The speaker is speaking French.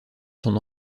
son